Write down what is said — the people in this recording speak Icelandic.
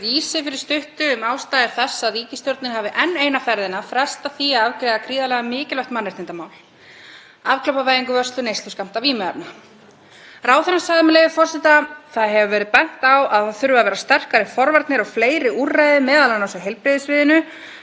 Ráðherrann sagði, með leyfi forseta: „Það hefur verið bent á að það þurfi að vera sterkari forvarnir og fleiri úrræði til meðal annars á heilbrigðissviðinu áður en við förum til að mynda og eltum Portúgal, sem menn hafa verið að benda á.“ Ráðherrann ítrekaði síðar í viðtalinu að það væru engin úrræði tilbúin